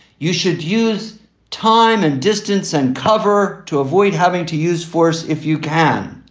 you should use time and distance and cover to avoid having to use force if you can.